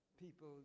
people